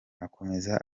akomeza